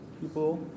People